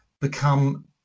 become